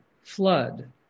flood